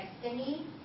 destiny